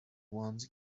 ones